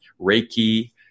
Reiki